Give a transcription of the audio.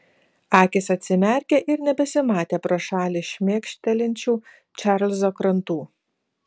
akys atsimerkė ir nebesimatė pro šalį šmėkštelinčių čarlzo krantų